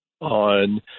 on